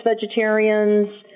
vegetarians